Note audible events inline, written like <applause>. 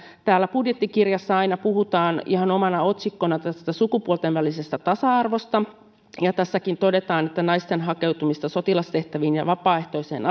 täällä budjettikirjassa aina puhutaan ihan omana otsikkonaan sukupuolten välisestä tasa arvosta ja tässäkin todetaan että naisten hakeutumista sotilastehtäviin ja vapaaehtoiseen <unintelligible>